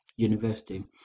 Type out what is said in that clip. University